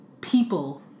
people